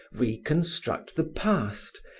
reconstruct the past,